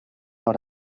hora